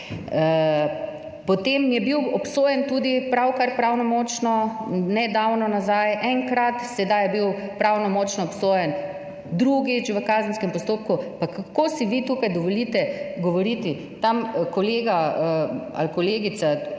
Potem je bil obsojen tudi pravkar pravnomočno, nedavno nazaj, enkrat, sedaj je bil pravnomočno obsojen drugič v kazenskem postopku. Pa kako si vi tukaj dovolite govoriti? Tam kolega ali kolegica